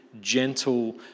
gentle